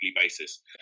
basis